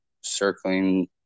circling